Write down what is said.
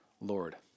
Lord